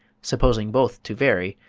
supposing both to vary,